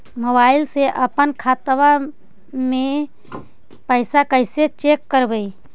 Mobile से अपन खाता के पैसा कैसे चेक करबई?